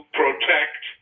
protect